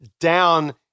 down